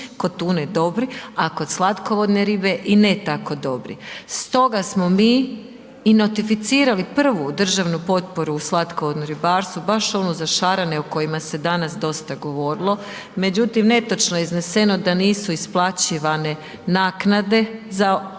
kod tune dobri, a kod slatkovodne ribe i ne tako dobri. Stoga smo i notificirali prvu državnu potporu u slatkovodnom ribarstvu naš ono za šarane o kojima se danas dosta govorilo, međutim netočno je izneseno da nisu isplaćivane naknade u 2015.